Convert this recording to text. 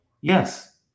yes